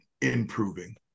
improving